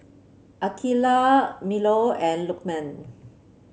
Aqeelah Melur and Lukman